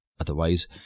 Otherwise